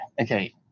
Okay